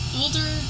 older